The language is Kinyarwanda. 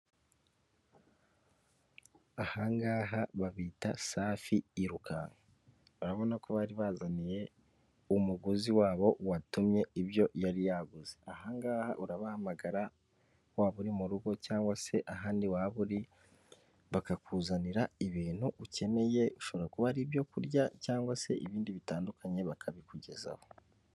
Ahangaha babita safi irukanka urabona ko bari bazaniye umuguzi wabo watumye ibyo yari yaguze, ahangaha urabahamagara waba uri mu rugo cyangwa se ahandi waba uri bakakuzanira ibintu ukeneye, ushobora kuba ari ibyo kurya cyangwa se ibindi bitandukanye bakabikugezaho.